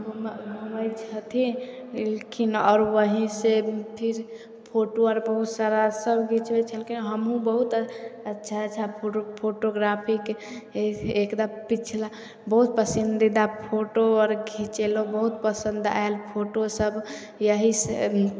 घूम घूमै छथिन एलखिन आओर वही से फिर फोटो आर बहुत सारा सब घीचबै छलखिन हमहु बहुत अच्छा अच्छा फोटो फोटोग्राफी एकदा पिछला बहुत पसन्दीदा फोटो आर घीचेलहुॅं बहुत पसन्द आयल फोटो सब यही से